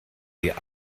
wir